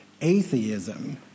Atheism